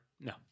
No